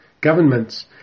Governments